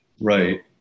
Right